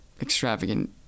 extravagant